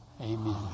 Amen